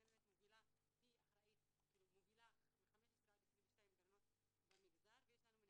גננת מובילה היא אחראית מובילה מ-15 עד 22 גננות במגזר ויש לנו גם